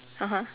(uh huh)